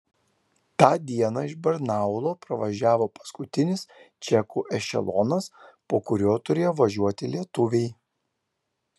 tą dieną iš barnaulo pravažiavo paskutinis čekų ešelonas po kurio turėjo važiuoti lietuviai